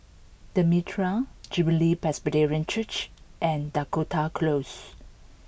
the Mitraa Jubilee Presbyterian Church and Dakota Close